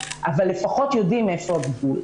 אבל לפחות יודעים איפה הגבול.